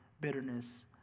bitterness